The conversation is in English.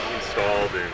installed